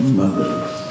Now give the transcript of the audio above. mothers